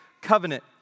covenant